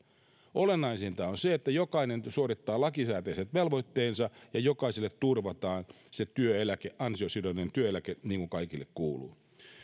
olennaisinta on se että jokainen suorittaa lakisääteiset velvoitteensa ja jokaiselle turvataan se ansiosidonnainen työeläke niin kuin kaikille kuuluu